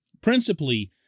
principally